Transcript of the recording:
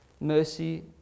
mercy